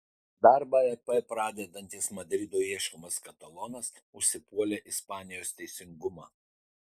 darbą ep pradedantis madrido ieškomas katalonas užsipuolė ispanijos teisingumą